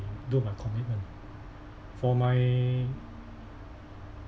do my commitment for my